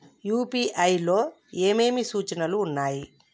UPI లో ఏమేమి సూచనలు ఉన్నాయి?